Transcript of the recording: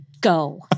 Go